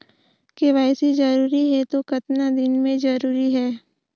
KYC जरूरी हे तो कतना दिन मे जरूरी है?